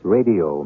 Radio